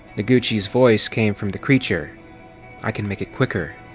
noguchi's voice came from the creature i can make it quicker,